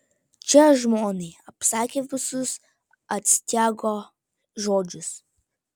čia žmonai apsakė visus astiago žodžius